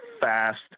fast